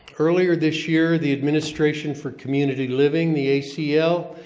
earlier this year, the administration for community living, the acl,